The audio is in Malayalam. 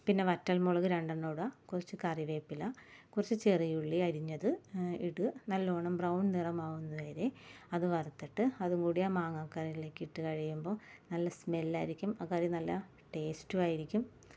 പിന്നെ വറ്റൽമുളക് രണ്ടെണ്ണം ഇടുക കുറച്ചു കറിവേപ്പില കുറച്ച് ചെറിയ ഉള്ളി അരിഞ്ഞത് ഇട്ട് നല്ലോണം ബ്രൗൺ നിറമാകുന്നതുവരെ അത് വറുത്തിട്ട് അതുകൂടി മാങ്ങാക്കറിയിലേക്ക് ഇട്ട് കഴിയുമ്പോൾ നല്ല സ്മെൽ ആയിരിക്കും ആ കറി നല്ല ടേസ്റ്റും ആയിരിക്കും